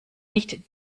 nicht